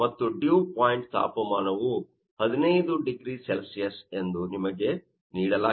ಮತ್ತು dew point ತಾಪಮಾನವು 15 0C ಎಂದು ನಿಮಗೆ ನೀಡಲಾಗಿದೆ